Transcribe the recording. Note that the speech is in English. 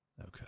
Okay